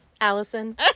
allison